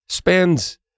Spends